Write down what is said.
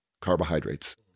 carbohydrates